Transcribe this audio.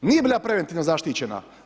Nije bila preventivno zaštićena.